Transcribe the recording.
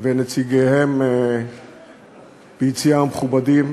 ונציגיהם ביציע המכובדים,